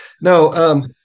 No